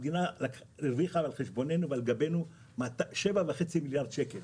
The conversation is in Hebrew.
המדינה הרוויחה על חשבוננו ועל גבנו 7.5 מיליארד שקל.